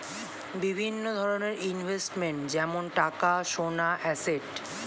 বিভিন্ন ধরনের ইনভেস্টমেন্ট যেমন টাকা, সোনা, অ্যাসেট